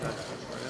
כבוד